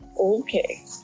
Okay